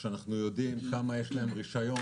שאנחנו יודעים לכמה יש רישיון,